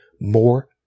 more